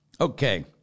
Okay